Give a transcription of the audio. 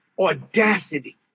audacity